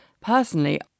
personally